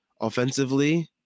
offensively